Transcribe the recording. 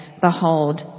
Behold